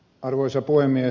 arvoisa puhemies